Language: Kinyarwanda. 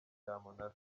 cyamunara